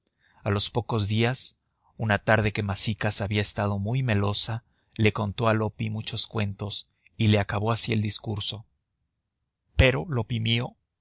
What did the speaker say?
a los pocos días una tarde que masicas había estado muy melosa le contó a loppi muchos cuentos y le acabó así el discurso pero loppi